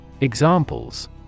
Examples